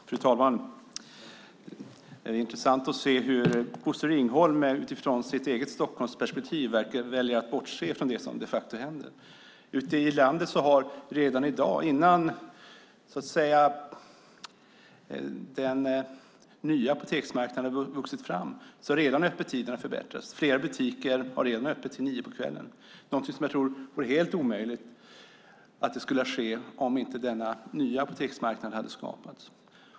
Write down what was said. Fru talman! Det är intressant hur Bosse Ringholm utifrån sitt eget Stockholmsperspektiv verkar välja att bortse från det som de facto händer. Ute i landet har redan i dag, innan den nya apoteksmarknaden har vuxit fram, öppettiderna utökats. Flera butiker har öppet till nio på kvällen, någonting som jag tror hade varit helt omöjligt om inte denna nya apoteksmarknad hade skapats.